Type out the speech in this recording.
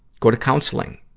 go to counseling.